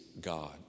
God